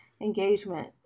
engagement